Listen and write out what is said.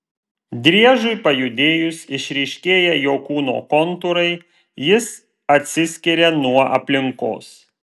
driežui pajudėjus išryškėja jo kūno kontūrai jis atsiskiria nuo aplinkos